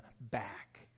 back